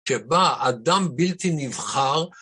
כשבא אדם בלתי נבחר